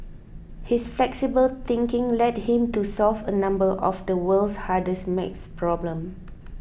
his flexible thinking led him to solve a number of the world's hardest maths problems